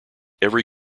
every